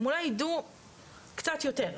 הם אולי יידעו קצת יותר.